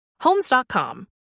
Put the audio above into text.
homes.com